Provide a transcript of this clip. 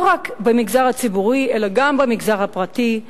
לא רק במגזר הציבורי אלא גם במגזר הפרטי,